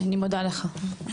נעמה לזימי (יו"ר הוועדה המיוחדת לענייני צעירים): אני מודה לך.